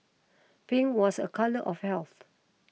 pink was a colour of health